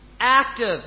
active